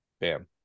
Bam